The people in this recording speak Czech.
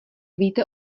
víte